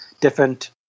different